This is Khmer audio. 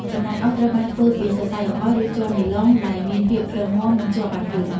សំណាញ់អូស ត្រូវបានធ្វើពីសរសៃអំបោះ ឬជ័រនីឡុង ដែលមានភាពរឹងមាំ និងជាប់បានយូរ។